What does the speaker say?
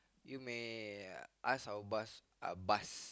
you may ask our boss uh bus